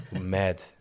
mad